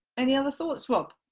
any other thoughts, rob?